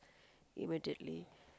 immediately